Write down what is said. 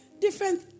different